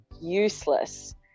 useless